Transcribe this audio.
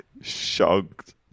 shocked